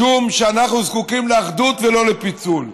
משום שאנחנו זקוקים לאחדות ולא לפיצול.